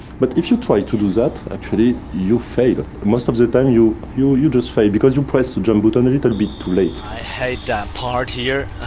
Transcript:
but if you try to do that, actually, you fail. most of the time, you you just fail. because you press the jump button a little bit too late. i hate that part here,